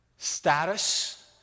Status